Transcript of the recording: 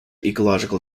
ecological